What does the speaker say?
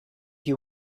you